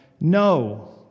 No